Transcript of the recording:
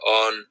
on